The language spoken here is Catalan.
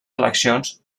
eleccions